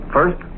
First